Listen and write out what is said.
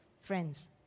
Friends